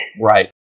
Right